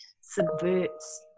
subverts